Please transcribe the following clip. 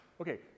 Okay